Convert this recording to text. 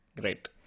great